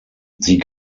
sie